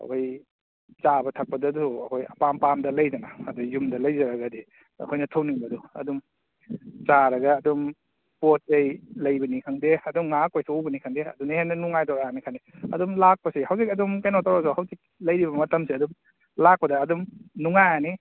ꯑꯩꯈꯣꯏ ꯆꯥꯕ ꯊꯛꯄꯗꯁꯨ ꯑꯩꯈꯣꯏ ꯑꯄꯥꯝ ꯄꯥꯝꯗ ꯂꯩꯗꯅ ꯑꯗ ꯌꯨꯝꯗ ꯂꯩꯖꯔꯒꯗꯤ ꯑꯩꯈꯣꯏꯅ ꯊꯣꯡꯅꯤꯡꯕꯗꯨ ꯑꯗꯨꯝ ꯆꯥꯔꯒ ꯑꯗꯨꯝ ꯄꯣꯠ ꯆꯩ ꯂꯩꯕꯅꯤ ꯈꯪꯗꯦ ꯑꯗꯨꯝ ꯉꯥꯏꯍꯥꯛ ꯀꯣꯏꯊꯣꯛꯂꯨꯕꯅꯤ ꯈꯪꯗꯦ ꯑꯗꯨꯅ ꯍꯦꯟꯅ ꯅꯨꯡꯉꯥꯏꯗꯣꯏꯔꯥꯅ ꯈꯜꯂꯤ ꯑꯗꯨꯝ ꯂꯥꯛꯄꯁꯤ ꯍꯧꯖꯤꯛ ꯑꯗꯨꯝ ꯀꯩꯅꯣ ꯇꯧꯔꯁꯨ ꯍꯧꯖꯤꯛ ꯂꯩꯔꯤꯕ ꯃꯇꯝꯁꯦ ꯑꯗꯨꯝ ꯂꯥꯛꯄꯗ ꯑꯗꯨꯝ ꯅꯨꯡꯉꯥꯏꯔꯅꯤ